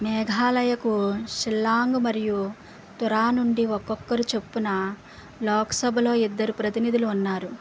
మేఘాలయకు షిల్లాంగ్ మరియు తురా నుండి ఒక్కొక్కరు చొప్పున లోక్సభలో ఇద్దరు ప్రతినిధులు ఉన్నారు